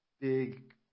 big